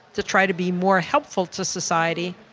to try to be more helpful to society,